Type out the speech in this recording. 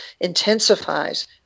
intensifies